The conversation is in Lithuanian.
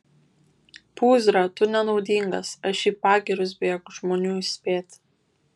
pūzre tu nenaudingas aš į pagirius bėgu žmonių įspėti